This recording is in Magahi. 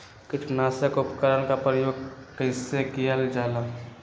किटनाशक उपकरन का प्रयोग कइसे कियल जाल?